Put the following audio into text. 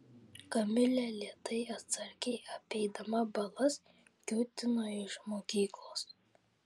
kamilė lėtai atsargiai apeidama balas kiūtino iš mokyklos